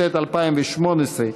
התשע"ט 2018,